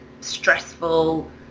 stressful